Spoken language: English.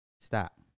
Stop